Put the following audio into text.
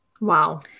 Wow